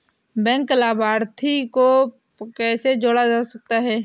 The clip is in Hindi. बैंक लाभार्थी को कैसे जोड़ा जा सकता है?